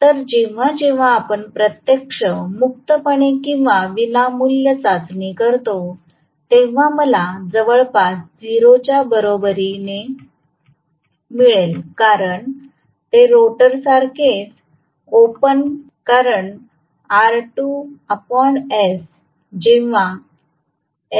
तर जेव्हा जेव्हा आपण प्रत्यक्ष मुक्तपणे किंवा विनामूल्य चाचणी करतो तेव्हा मला जवळपास 0 च्या बरोबरी मिळेल कारण ते रोटर सारखेच ओपन सर्किट कारण R2s जेव्हा